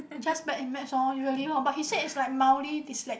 just by image loh usually loh but he said it's like mildly dyslexic